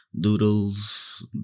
doodles